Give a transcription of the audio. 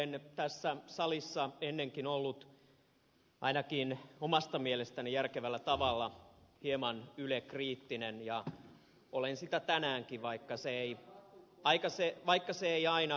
olen tässä salissa ennenkin ollut ainakin omasta mielestäni järkevällä tavalla hieman yle kriittinen ja olen sitä tänäänkin vaikka se ei aina ed